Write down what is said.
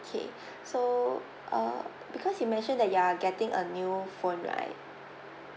okay so uh because you mentioned that you are getting a new phone right